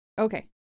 Okay